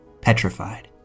petrified